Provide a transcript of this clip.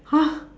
!huh!